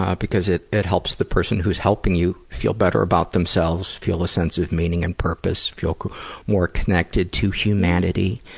um because it it helps the person who's helping you feel better about themselves, feel a sense of meaning and purpose, feel more connected to humanity.